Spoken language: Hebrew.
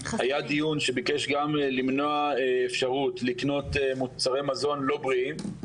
היה דיון שביקש גם למנוע אפשרות לקנות מוצרי מזון לא בריאים.